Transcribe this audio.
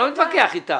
אני לא מתווכח אתך.